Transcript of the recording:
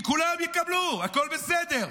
כי כולם יקבלו, הכול בסדר,